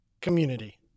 community